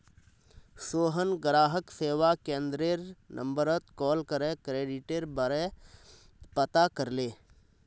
सोहन ग्राहक सेवा केंद्ररेर नंबरत कॉल करे क्रेडिटेर बारा पता करले